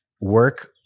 Work